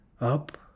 up